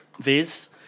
Viz